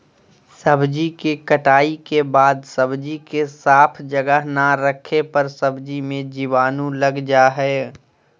सब्जी के कटाई के बाद सब्जी के साफ जगह ना रखे पर सब्जी मे जीवाणु लग जा हय